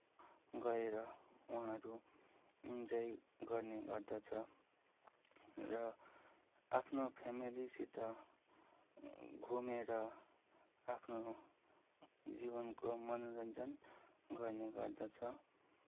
गएर उहाँहरू इन्जोय गर्ने गर्दछ र आफ्नो फ्यामिलीसित घुमेर आफ्नो जीवनको मनोरञ्जन गर्ने गर्दछ